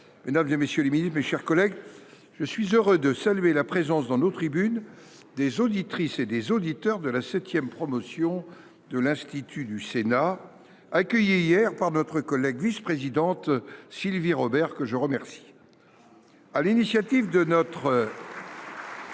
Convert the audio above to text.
mesdames, messieurs les ministres, mes chers collègues, je suis heureux de saluer la présence dans nos tribunes des auditrices et auditeurs de la septième promotion de l’Institut du Sénat, accueillie hier par la vice présidente Sylvie Robert. Sur l’initiative de notre